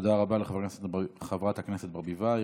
תודה רבה לחברת הכנסת ברביבאי.